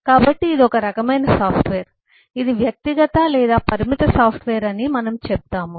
కాబట్టి ఇది ఒక రకమైన సాఫ్ట్వేర్ ఇది వ్యక్తిగత లేదా పరిమిత సాఫ్ట్వేర్ అని మనము చెబుతాము